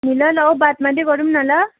मिलन हो बात मात्रै गरौँ न ल